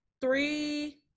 three